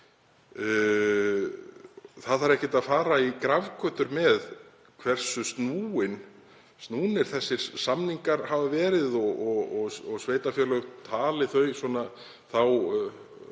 Það þarf ekkert að fara í grafgötur með hversu snúnir þessir samningar hafa verið og sveitarfélög hafa talið þá